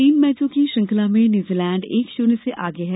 तीन मैचों की श्रृंखला में न्यूजीलैंड एक शून्य से आगे है